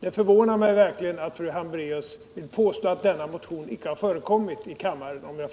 Det förvånar mig verkligen att fru Hambracus. om jag förstod henne rätt. påstod att denna motion inte har förekommit i kammaren.